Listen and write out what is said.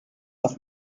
oft